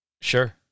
Sure